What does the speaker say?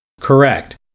Correct